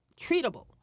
treatable